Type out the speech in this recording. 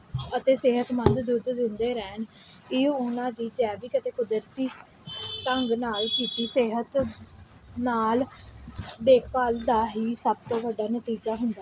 ਅਤੇ ਸਿਹਤਮੰਦ ਦੁੱਧ ਦਿੰਦੇ ਰਹਿਣ ਇਹ ਉਹਨਾਂ ਦੀ ਜੈਵਿਕ ਅਤੇ ਕੁਦਰਤੀ ਢੰਗ ਨਾਲ ਕੀਤੀ ਸਿਹਤ ਨਾਲ ਦੇਖਭਾਲ ਦਾ ਹੀ ਸਭ ਤੋਂ ਵੱਡਾ ਨਤੀਜਾ ਹੁੰਦਾ ਹੈ